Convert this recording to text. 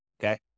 okay